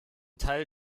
teil